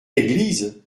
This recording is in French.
église